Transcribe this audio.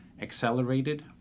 accelerated